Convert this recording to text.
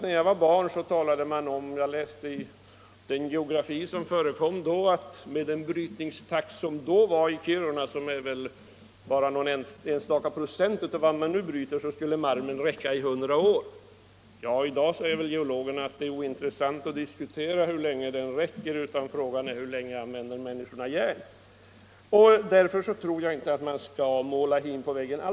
När jag var barn läste jag i den geografibok som användes på den tiden att med den brytningstakt som då hölls i Kiruna — det var bara någon enda procent av vad som nu bryts — skulle malmen räcka i 100 år. I dag säger geologerna att det är ointressant att diskutera hur länge den räcker utan frågan är hur länge människorna använder järn. Därför tror jag inte att man alltför mycket skall måla hin på väggen här.